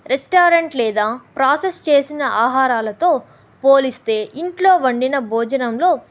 restaurant లేదా process చేసిన ఆహారాలతో పోలిస్తే ఇంట్లో వండిన భోజనంలో